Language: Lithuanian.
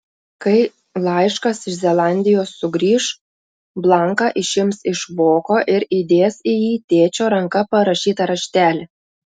kai laiškas iš zelandijos sugrįš blanką išims iš voko ir įdės į jį tėčio ranka parašytą raštelį